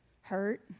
Hurt